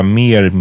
mer